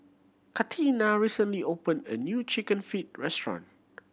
Katina recently opened a new Chicken Feet restaurant